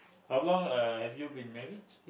how long uh have you been married